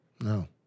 No